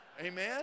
Amen